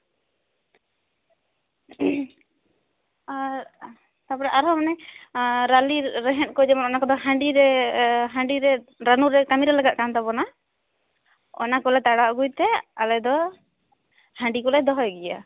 ᱟᱨ ᱛᱟᱯᱚᱨᱮ ᱟᱨᱦᱚᱸ ᱚᱱᱮ ᱨᱟᱹᱞᱤ ᱨᱮᱦᱮᱫ ᱠᱚ ᱡᱮᱢᱚᱱ ᱚᱱᱟ ᱠᱚᱫᱚ ᱦᱟᱺᱰᱤ ᱨᱮ ᱦᱟᱺᱰᱤ ᱨᱮ ᱨᱟᱹᱱᱩ ᱨᱮ ᱠᱟᱹᱢᱤ ᱨᱮ ᱞᱟᱜᱟᱜ ᱠᱟᱱ ᱛᱟᱵᱚᱱᱟ ᱚᱱᱟ ᱠᱚᱞᱮ ᱛᱟᱲᱟᱣ ᱟᱹᱜᱩᱭᱛᱮ ᱟᱞᱮ ᱫᱚ ᱦᱟᱺᱰᱤ ᱠᱚᱞᱮ ᱫᱚᱦᱚᱭ ᱜᱮᱭᱟ